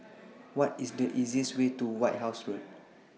What IS The easiest Way to White House Road